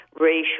racial